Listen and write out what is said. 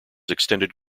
extended